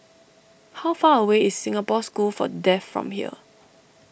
how far away is Singapore School for Deaf from here